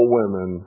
women